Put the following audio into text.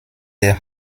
der